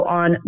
on